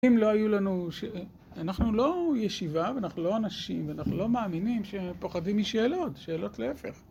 אם לא היו לנו, אנחנו לא ישיבה ואנחנו לא אנשים ואנחנו לא מאמינים שפוחדים משאלות, שאלות להפך